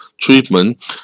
treatment